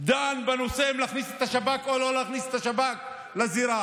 דן בנושא אם להכניס את השב"כ או לא להכניס את השב"כ לזירה.